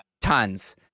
tons